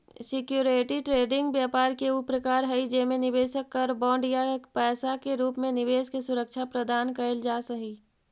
security trading व्यापार के ऊ प्रकार हई जेमे निवेशक कर बॉन्ड या पैसा के रूप में निवेश के सुरक्षा प्रदान कैल जा हइ